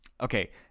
okay